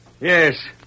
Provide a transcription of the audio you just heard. Yes